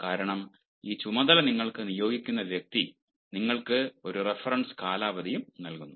കാരണം ഈ ചുമതല നിങ്ങൾക്ക് നിയോഗിക്കുന്ന വ്യക്തി നിങ്ങൾക്ക് ഒരു റഫറൻസ് കാലാവധിയും നൽകുന്നു